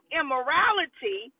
immorality